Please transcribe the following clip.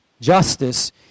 justice